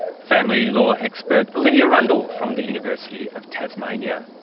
family law expert olivia rundle from the university of tasmania.